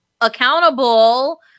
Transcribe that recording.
accountable